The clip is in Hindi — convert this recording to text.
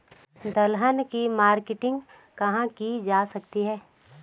दलहन की मार्केटिंग कहाँ की जा सकती है?